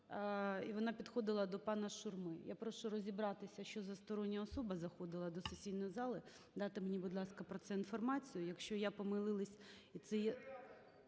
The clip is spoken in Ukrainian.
І вона підходила до пана Шурми. Я прошу розібратися, що за стороння особа заходила до сесійної зали. Дайте мені, будь ласка, про це інформацію. Якщо я помилилась